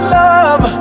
love